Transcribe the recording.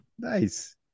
Nice